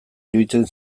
iruditzen